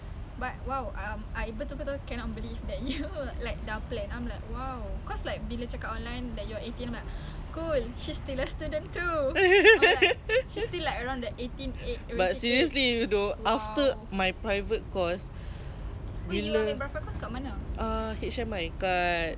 bila uh H_M_I kat one K something something one K two K around there sorry err healthcare assistant